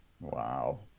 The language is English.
Wow